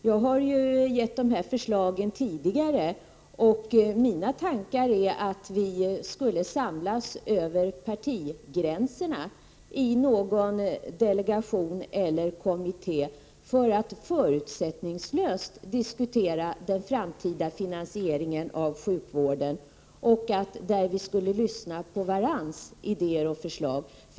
Jag har gett de här förslagen tidigare, och min tanke är att vi skulle samlas över partigränserna i någon delegation eller kommitté för att förutsättningslöst diskutera den framtida finansieringen av sjukvården och därvid lyssna på varandras idéer och förslag.